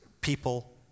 people